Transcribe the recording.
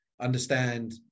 understand